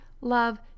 love